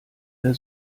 der